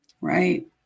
Right